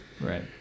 right